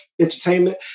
entertainment